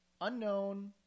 unknown